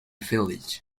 village